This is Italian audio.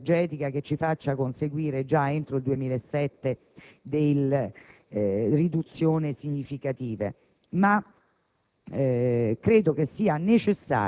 un progetto di efficienza energetica che ci faccia conseguire già entro il 2007 delle riduzioni significative,